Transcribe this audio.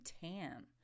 tan